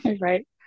Right